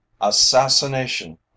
assassination